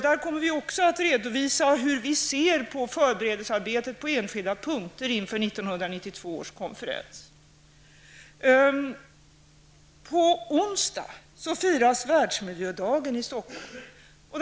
Vi kommer också att redovisa hur vi ser på förberedelsearbetet med enskilda punkter inför På onsdag firas Världsmiljödagen i Stockholm.